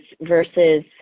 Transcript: versus